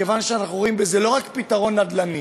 מכיוון שאנחנו רואים בזה לא רק פתרון נדל"ני,